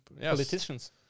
Politicians